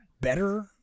better